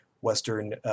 Western